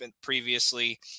previously